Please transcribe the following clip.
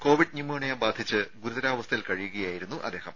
Covid pneumonia ബാധിച്ച് ഗുരുതരാവസ്ഥയിൽ കഴിയുകയായിരുന്നു അദ്ദേഹം